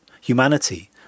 humanity